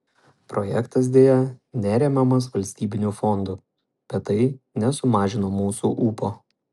projektas deja neremiamas valstybinių fondų bet tai nesumažino mūsų ūpo